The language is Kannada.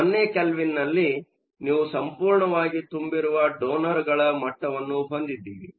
0 ಕೆಲ್ವಿನ್ನಲ್ಲಿ ನೀವು ಸಂಪೂರ್ಣವಾಗಿ ತುಂಬಿರುವ ಡೊನರ್ಗಳ ಮಟ್ಟವನ್ನು ಹೊಂದಿದ್ದೀರಿ